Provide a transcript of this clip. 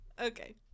Okay